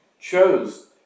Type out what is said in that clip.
chose